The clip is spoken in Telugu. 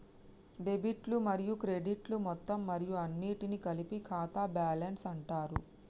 డెబిట్లు మరియు క్రెడిట్లు మొత్తం మరియు అన్నింటినీ కలిపి ఖాతా బ్యాలెన్స్ అంటరు